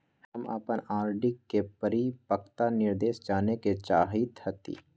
हम अपन आर.डी के परिपक्वता निर्देश जाने के चाहईत हती